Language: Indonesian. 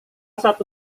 satu